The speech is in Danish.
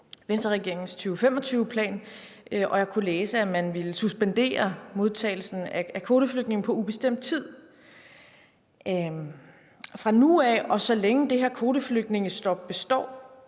Venstreregeringens 2025-plan, hvor jeg kunne læse, at man ville suspendere modtagelsen af kvoteflygtninge på ubestemt tid. Fra nu af og så længe det her kvoteflygtningestop består,